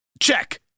Check